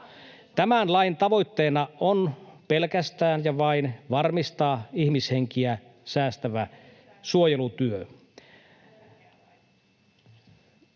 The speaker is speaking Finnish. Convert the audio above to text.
Tämän lain tavoitteena on pelkästään ja vain varmistaa ihmishenkiä säästävä suojelutyö.